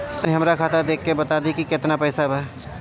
तनी हमर खतबा देख के बता दी की केतना पैसा बा?